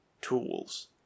tools